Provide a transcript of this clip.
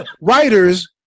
writers